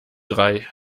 drei